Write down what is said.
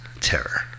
Terror